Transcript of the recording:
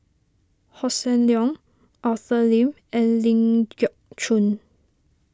Hossan Leong Arthur Lim and Ling Geok Choon